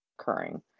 occurring